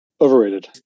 Overrated